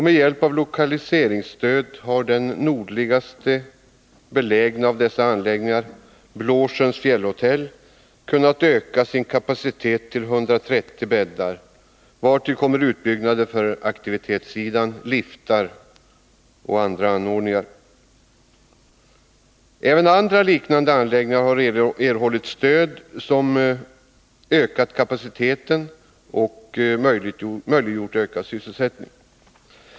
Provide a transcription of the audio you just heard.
Med hjälp av lokaliseringsstöd har den nordligast belägna av dessa anläggningar, Blåsjöns fjällhotell, kunnat öka sin kapacitet till 130 bäddar, vartill kommer utbyggnader på aktivitetssidan i form av liftar och andra anordningar. Även andra liknande anläggningar har erhållit stöd, vilket ökat deras kapacitet och möjliggjort ökad sysselsättning.